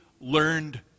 learned